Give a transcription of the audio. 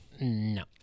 No